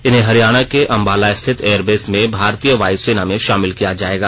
इन्हें हरियाणा के अम्बाला स्थित एयरबेस में भारतीय वायुसेना मे शामिल किया जायेगा